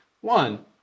One